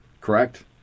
correct